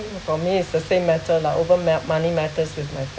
for me is the same matter lah over melt~ money matters with my